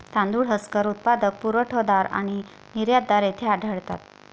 तांदूळ हस्कर उत्पादक, पुरवठादार आणि निर्यातदार येथे आढळतात